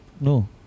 No